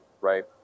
right